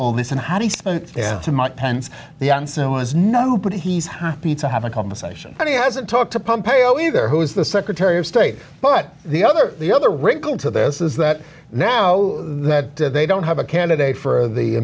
all this and how do you to mike pence the answer was no but he's happy to have a conversation and he hasn't talked to pump a zero either who is the secretary of state but the other the other wrinkle to this is that now that they don't have a candidate for the